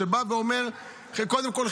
שבא ואומר: קודם כול,